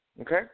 okay